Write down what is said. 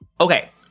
Okay